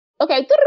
okay